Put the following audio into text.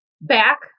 back